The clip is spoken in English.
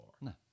No